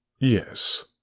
Yes